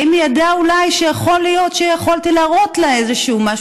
האם היא אולי ידעה שיכול להיות שיכולתי להראות לה איזשהו משהו?